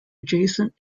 adjacent